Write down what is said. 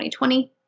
2020